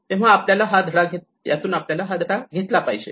तेव्हा आपल्याला यातून हा धडा घेतला पाहिजे